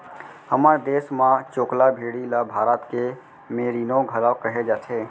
हमर देस म चोकला भेड़ी ल भारत के मेरीनो घलौक कहे जाथे